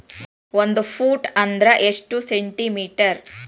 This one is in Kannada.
ಒಂದು ಫೂಟ್ ಅಂದ್ರ ಎಷ್ಟು ಸೆಂಟಿ ಮೇಟರ್?